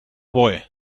boy